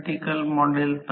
7 टक्के होईल